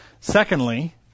Secondly